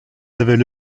avaient